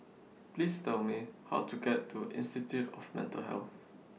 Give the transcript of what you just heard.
Please Tell Me How to get to Institute of Mental Health